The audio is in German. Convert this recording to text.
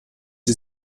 sie